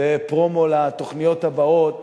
זה פרומו לתוכניות הבאות